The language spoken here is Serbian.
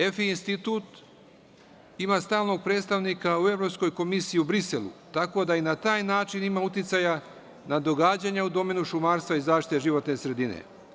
EFI institut ima stalnog predstavnika u Evropskoj komisiji u Briselu, tako da i na taj način ima uticaja na događanja u domenu šumarstva i zaštite životne sredine.